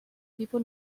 people